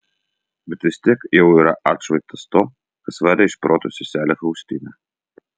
bet vis tiek jau yra atšvaitas to kas varė iš proto seselę faustiną